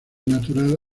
natural